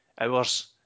hours